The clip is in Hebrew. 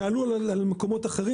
שאלו על מקומות אחרים.